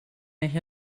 nicht